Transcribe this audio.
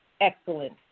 excellent